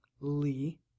lee